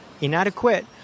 inadequate